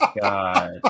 god